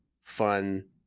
fun